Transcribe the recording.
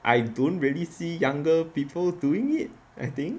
I don't really see younger people doing it I think